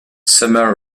summer